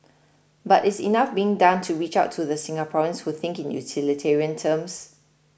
but is enough being done to reach out to the Singaporeans who think in utilitarian terms